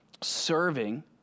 Serving